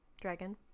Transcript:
dragon